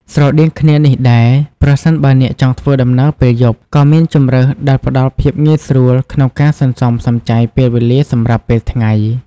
ស្រដៀងគ្នានេះដែរ ប្រសិនបើអ្នកចង់ធ្វើដំណើរពេលយប់ ក៏មានជម្រើសដែលផ្តល់ភាពងាយស្រួលក្នុងការសន្សំសំចៃពេលវេលាសម្រាប់ពេលថ្ងៃ។